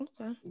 Okay